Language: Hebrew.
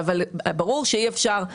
אבל אני חושב שאם